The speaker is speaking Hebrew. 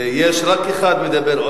אחד עוד מדבר.